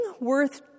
worth